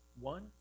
One